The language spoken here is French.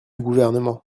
gouvernement